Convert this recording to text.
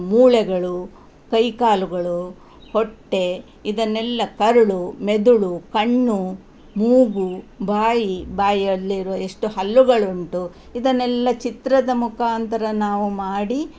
ಮೂಳೆಗಳು ಕೈಕಾಲುಗಳು ಹೊಟ್ಟೆ ಇದನ್ನೆಲ್ಲ ಕರುಳು ಮೆದುಳು ಕಣ್ಣು ಮೂಗು ಬಾಯಿ ಬಾಯಿಯಲ್ಲಿರುವ ಎಷ್ಟು ಹಲ್ಲುಗಳುಂಟು ಇದನ್ನೆಲ್ಲ ಚಿತ್ರದ ಮುಖಾಂತರ ನಾವು ಮಾಡಿ